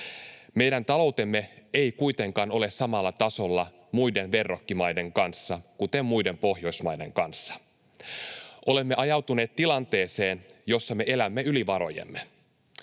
Meidän taloutemme ei kuitenkaan ole samalla tasolla muiden verrokkimaiden kanssa, kuten muiden Pohjoismaiden kanssa. Olemme ajautuneet tilanteeseen, jossa me elämme yli varojemme.